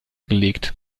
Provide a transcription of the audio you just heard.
gelegt